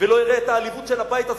ולא יראה את העליבות של הבית הזה,